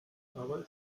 aber